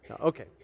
Okay